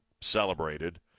celebrated